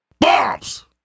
Bombs